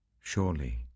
Surely